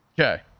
Okay